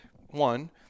One